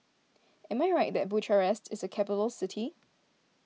am I right that Bucharest is a capital city